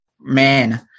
man